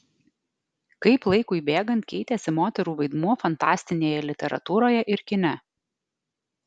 kaip laikui bėgant keitėsi moterų vaidmuo fantastinėje literatūroje ir kine